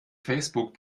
facebook